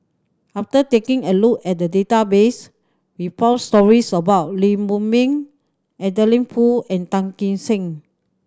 after taking a look at the database we found stories about Lee Huei Min Adeline Foo and Tan Kim Seng